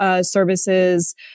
services